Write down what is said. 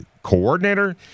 coordinator